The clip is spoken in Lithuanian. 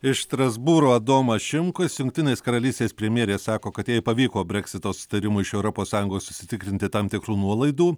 iš strasbūro adomas šimkus jungtinės karalystės premjerė sako kad jai pavyko breksito susitarimui iš europos sąjungos užsitikrinti tam tikrų nuolaidų